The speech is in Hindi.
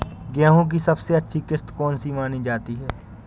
गेहूँ की सबसे अच्छी किश्त कौन सी मानी जाती है?